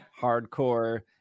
hardcore